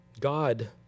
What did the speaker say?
God